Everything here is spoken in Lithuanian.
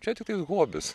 čia tiktais hobis